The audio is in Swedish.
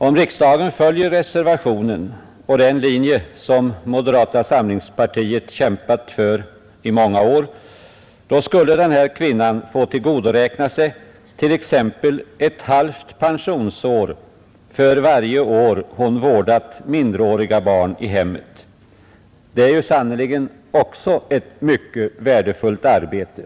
Om riksdagen följer reservationen och den linje som moderata samlingspartiet har kämpat för i många år, skulle hon få tillgodoräkna sig t.ex. halvt pensionsår för varje år hon har vårdat minderåriga barn i hemmet. Även detta arbete är sannerligen ett mycket värdefullt arbete.